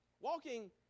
Walking